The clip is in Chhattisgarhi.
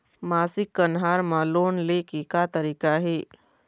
मासिक कन्हार म लोन ले के का तरीका हे?